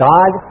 God